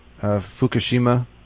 Fukushima